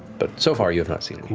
but so far, you have not seen any.